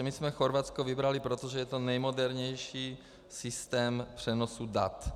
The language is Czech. My jsme Chorvatsko vybrali proto, že je to nejmodernější systém přenosu dat.